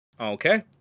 okay